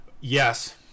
yes